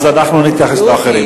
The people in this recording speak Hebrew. אז אנחנו נתייחס לאחרים.